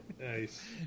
Nice